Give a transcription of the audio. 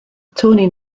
tony